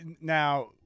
now